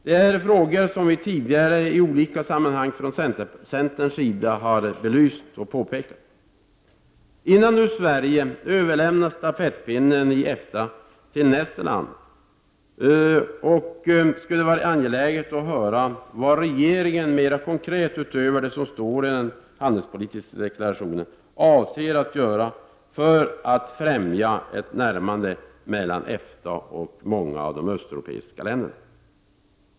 Detta rör frågor som vi från centerns sida i olika sammanhang har belyst. Innan Sverige nu överlämnar stafettpinnen i EFTA till nästa land skulle det vara angeläget att höra vad regeringen mera konkret, utöver det som står i den handelspolitiska deklarationen, avser att göra för att främja ett närmande mellan EFTA och många av de östeuropeiska länderna.